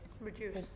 reduce